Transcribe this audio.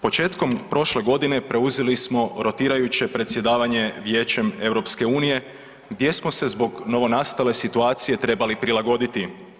Početkom prošle godine preuzeli smo rotirajuće predsjedavanje Vijećem Europske unije gdje smo se zbog novonastale situacije trebali prilagoditi.